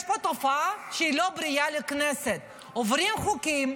יש פה תופעה שהיא לא בריאה לכנסת, עוברים חוקים,